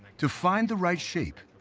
to find the right shape,